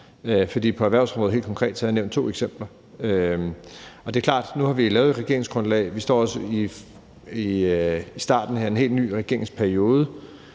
for på erhvervsområdet har jeg helt konkret nævnt to eksempler. Nu har vi lavet et regeringsgrundlag, og vi står i starten af en helt ny regeringsperiode,